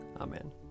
Amen